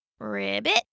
Ribbit